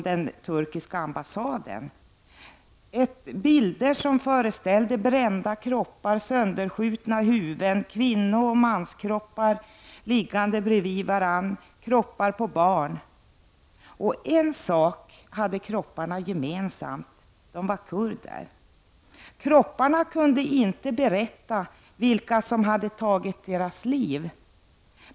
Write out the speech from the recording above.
Det var fotografier som föreställde brända kroppar, sönderskjutna huvuden, kvinnooch manskroppar liggande bredvid varandra och även barnkroppar. En sak hade kropparna gemensamt. de var alla kurder. Kropparna kunde inte berätta vilka som hade tagit deras liv.